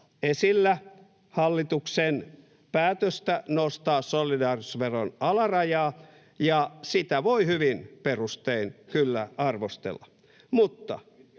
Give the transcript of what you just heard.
esillä hallituksen päätöstä nostaa solidaarisuusveron alarajaa, ja sitä voi hyvin perustein kyllä arvostella,